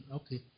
okay